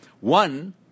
One